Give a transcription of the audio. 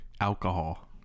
alcohol